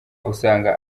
usanga